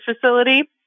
facility